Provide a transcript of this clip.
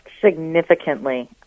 Significantly